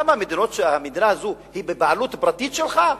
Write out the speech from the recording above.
למה, המדינה הזאת היא בבעלות פרטית שלך?